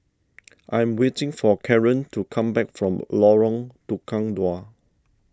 I am waiting for Karan to come back from Lorong Tukang Dua